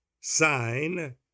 sign